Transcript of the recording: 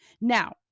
Now